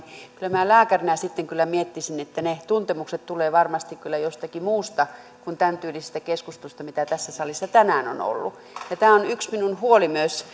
minä lääkärinä sitten miettisin että ne tuntemukset tulevat varmasti kyllä jostakin muusta kuin tämäntyylisestä keskustelusta mitä tässä salissa tänään on ollut ja tämä on yksi minun huoleni myös